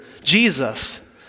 Jesus